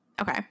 Okay